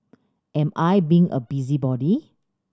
am I being a busybody